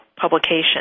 publication